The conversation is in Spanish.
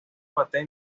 cuatro